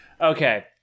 Okay